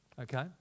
okay